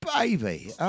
baby